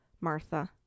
Martha